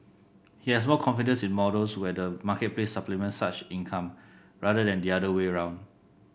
he has more confidence in models where the marketplace supplements such income rather than the other way around